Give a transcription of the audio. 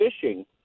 fishing